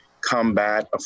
combat